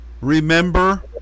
remember